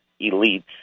elites